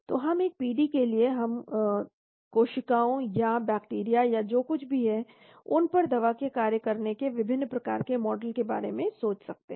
तो हम एक पीडी के लिए हम कोशिकाओं या बैक्टीरिया या जो कुछ भी है उन पर दवा के कार्य करने के विभिन्न प्रकार के मॉडल के बारे में सोच सकते हैं